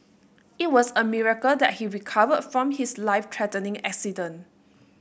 it was a miracle that he recovered from his life threatening accident